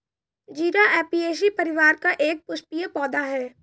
जीरा ऍपियेशी परिवार का एक पुष्पीय पौधा है